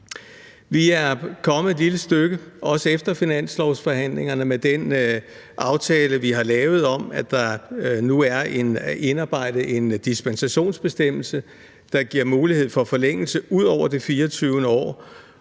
Vi er kommet et lille stykke, også efter finanslovsforhandlingerne, med den aftale, vi har lavet, så der nu er indarbejdet en dispensationsbestemmelse, der giver mulighed for forlængelse ud over det 24. år.